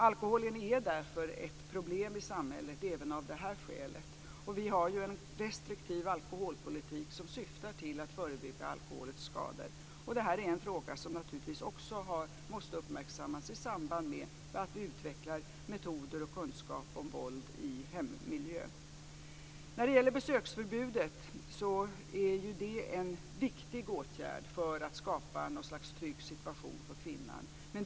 Alkoholen är därför ett problem i samhället även av det skälet. Vi har en restriktiv alkoholpolitik som syftar till att förebygga alkoholens skador. Det är en fråga som naturligtvis också måste uppmärksammas i samband med att vi utvecklar metoder och kunskap om våld i hemmiljö. Besöksförbudet är en viktig åtgärd för att skapa något slags trygg situation för kvinnan.